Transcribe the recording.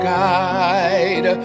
guide